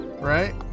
right